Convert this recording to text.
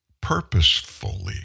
Purposefully